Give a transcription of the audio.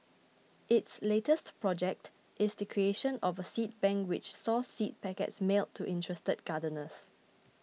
its latest project is the creation of a seed bank which saw seed packets mailed to interested gardeners